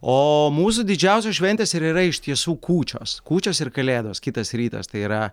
o mūsų didžiausios šventės ir yra iš tiesų kūčios kūčios ir kalėdos kitas rytas tai yra